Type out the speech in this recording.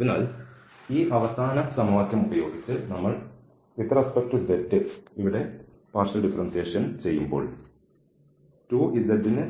അതിനാൽ ഈ അവസാന സമവാക്യം ഉപയോഗിച്ച് നമ്മൾ z നെ സംബന്ധിച്ച് ഇവിടെ ഭാഗിക ഡെറിവേറ്റീവ് ചെയ്യുമ്പോൾ 2z ന്